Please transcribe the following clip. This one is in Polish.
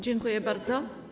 Dziękuję bardzo.